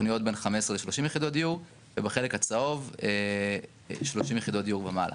תוכניות בין 15 ל-30 יחידות דיור ובחלק הצהוב 30 יחידות דיור ומעלה.